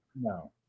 No